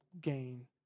gain